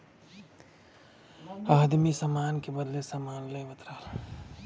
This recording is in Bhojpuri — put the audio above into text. आदमी सामान के बदले सामान लेवत रहल